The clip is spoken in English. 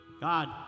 God